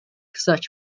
such